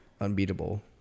unbeatable